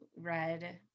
read